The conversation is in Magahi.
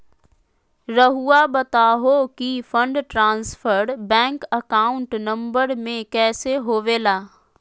रहुआ बताहो कि fund transfer bank account number में कैसे होबेला?